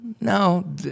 no